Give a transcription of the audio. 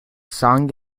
song